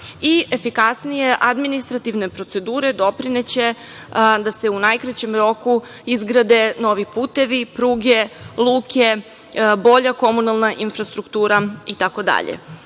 i efikasnije administrativne procedure doprineće da se u najkraćem roku izgrade novi putevi, pruge, luke, bolja komunalna infrastruktura itd. Ja